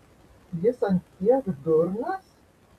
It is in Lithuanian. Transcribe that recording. jis ant tiek durnas